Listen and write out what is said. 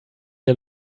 der